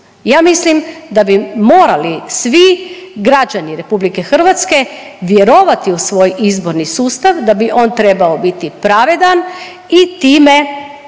Ja mislim da bi morali svi građani RH vjerovati u svoj izborni sustav, da bi on trebao biti pravedan i time